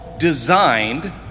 Designed